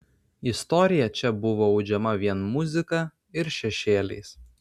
istorija čia buvo audžiama vien muzika ir šešėliais